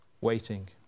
waiting